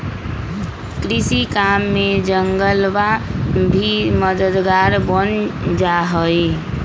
कृषि काम में जंगलवा भी मददगार बन जाहई